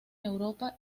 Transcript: europa